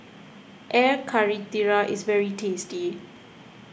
Air Karthira is very tasty